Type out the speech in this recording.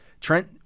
Trent